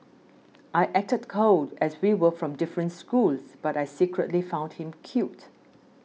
I acted cold as we were from different schools but I secretly found him cute